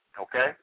okay